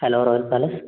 hello royal palace